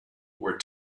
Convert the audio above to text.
were